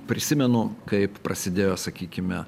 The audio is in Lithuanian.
prisimenu kaip prasidėjo sakykime